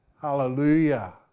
Hallelujah